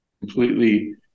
completely